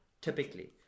Typically